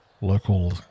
local